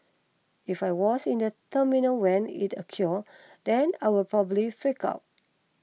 if I was in the terminal when it occurred then I'll probably freak out